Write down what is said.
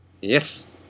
Yes